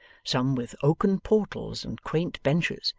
some with oaken portals and quaint benches,